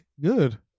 good